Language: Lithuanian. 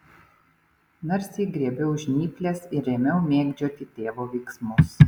narsiai griebiau žnyples ir ėmiau mėgdžioti tėvo veiksmus